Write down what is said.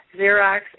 Xerox